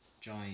join